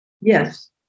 Yes